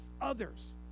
others